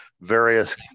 various